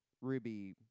Ruby